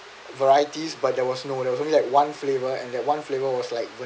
varieties but there was no there was only like one flavour and that one flavour was like